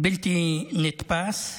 בלתי נתפס,